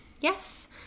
Yes